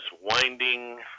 winding